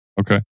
okay